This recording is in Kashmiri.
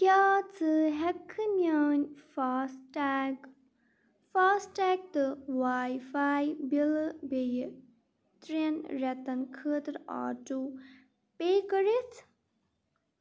کیٛاہ ژٕ ہٮ۪کہٕ میٲنۍ فاسٹ ٹیگ فاسٹ ٹیگ تہٕ واے فاے بِلہٕ بیٚیہِ ترین رٮ۪تن خٲطرٕ آٹو پے کٔرِتھ